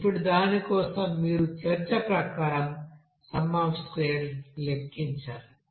ఇప్పుడు దాని కోసం మీరు చర్చ ప్రకారం సమ్ అఫ్ స్క్వేర్ లెక్కించాలి